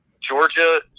Georgia